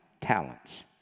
talents